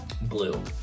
blue